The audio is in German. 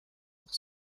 auch